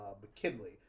McKinley